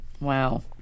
Wow